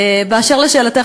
באשר לשאלתך,